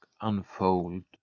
unfold